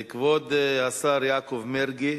כבוד השר יעקב מרגי